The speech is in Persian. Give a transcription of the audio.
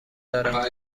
دارم